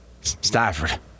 Stafford